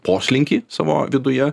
poslinkį savo viduje